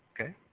Okay